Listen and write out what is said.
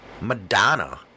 Madonna